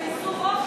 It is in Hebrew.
שיגייסו רוב,